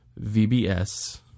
VBS